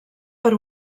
per